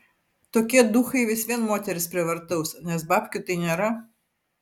tokie duchai vis vien moteris prievartaus nes babkių tai nėra